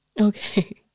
Okay